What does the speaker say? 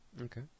Okay